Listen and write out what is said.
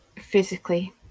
physically